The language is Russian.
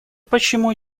почему